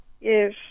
Yes